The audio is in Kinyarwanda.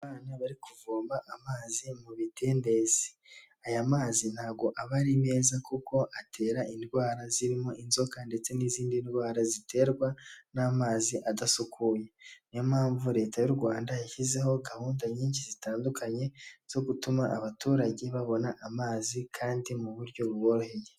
Abana bari kuvoma amazi mu bidendezi, aya mazi ntago aba ari meza kuko atera indwara zirimo inzoka ndetse n'izindi ndwara ziterwa n'amazi adasukuye, niyo mpamvu leta y'u Rwanda yashyizeho gahunda nyinshi zitandukanye zo gutuma abaturage babona amazi kandi mu buryo buboroheye.